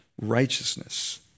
righteousness